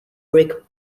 brick